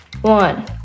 one